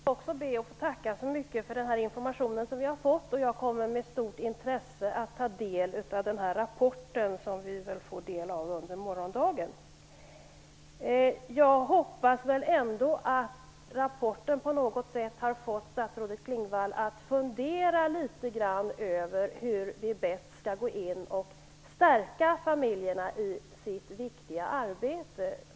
Fru talman! Jag skall också be att få tacka så mycket för den information som vi har fått. Jag kommer med stort intresse att ta del av rapporten, som vi väl får del av under morgondagen. Jag hoppas ändå att rapporten på något sätt har fått statsrådet Klingvall att fundera litet grand över hur vi bäst kan stärka familjerna i deras viktiga arbete.